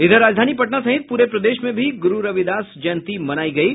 राजधानी पटना सहित प्रे प्रदेश में भी गूरु रविदास जयंती मनाई गयी